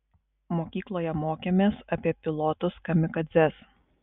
mokykloje mokėmės apie pilotus kamikadzes